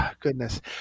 goodness